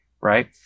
right